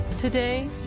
Today